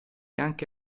anche